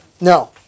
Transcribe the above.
No